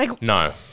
No